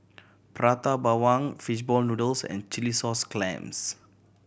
Prata Bawang fish ball noodles and chilli sauce clams